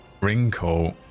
Wrinkle